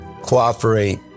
cooperate